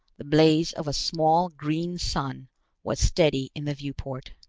the blaze of a small green sun was steady in the viewport.